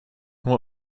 what